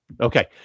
Okay